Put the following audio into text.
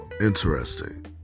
interesting